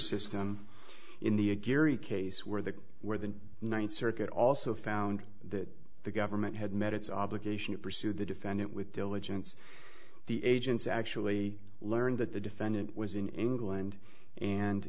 system in the a gary case where the where the ninth circuit also found that the government had met its obligation to pursue the defendant with diligence the agents actually learned that the defendant was in england and